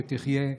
שתחיה,